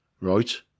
right